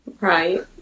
Right